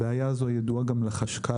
הבעיה הזו ידועה גם לחשכ"ל,